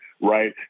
right